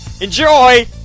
Enjoy